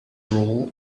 rule